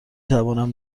توانم